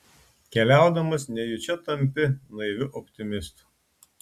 keliaudamas nejučia tampi naiviu optimistu